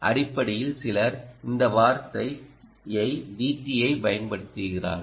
அடிப்படையில் சிலர் இந்த வார்த்தையை dT யைப் பயன்படுத்துகிறார்கள்